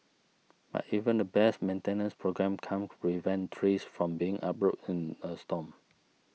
but even the best maintenance programme can't prevent trees from being uprooted in a storm